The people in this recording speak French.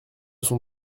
sont